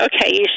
okay